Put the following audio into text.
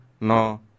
no